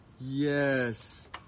Yes